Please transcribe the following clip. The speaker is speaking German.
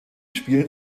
spielen